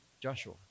Joshua